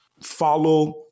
follow